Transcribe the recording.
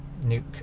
Nuke